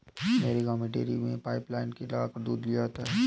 मेरे गांव में डेरी पर पाइप लाइने लगाकर दूध लिया जाता है